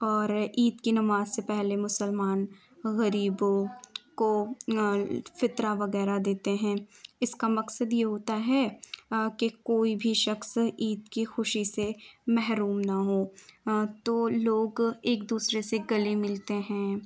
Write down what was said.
اور عید کی نماز سے پہلے مسلمان غریبوں کو فطرہ وغیرہ دیتے ہیں اس کا مقصد یہ ہوتا ہے کہ کوئی بھی شخص عید کی خوشی سے محروم نہ ہو تو لوگ ایک دوسرے سے گلے ملتے ہیں